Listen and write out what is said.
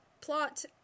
plot